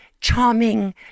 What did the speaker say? charming